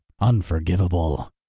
Unforgivable